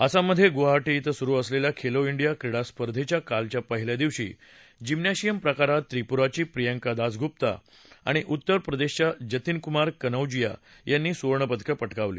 आसाममधे गुवाहाटी क्रं सुरु असलेल्या खेलो डिया क्रीडास्पर्धेच्या कालच्या पहिल्या दिवशी जिम्नश्रियम प्रकारात त्रिप्राची प्रियांका दासगुप्ता आणि उत्तर प्रदेशच्या जतिनक्मार कनौजिया यांनी सुवर्णपदक पटकावलं